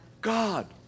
God